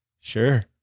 Sure